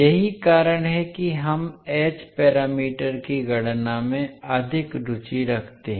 यही कारण है कि हम एच पैरामीटर की गणना में अधिक रुचि रखते हैं